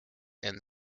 and